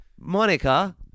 Monica